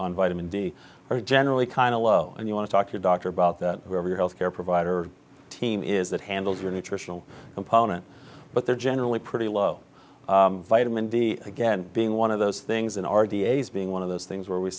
vitamin d are generally kind of low and you want to talk your doctor about that your health care provider team is that handles your nutritional component but they're generally pretty low vitamin d again being one of those things in our da's being one of those things where we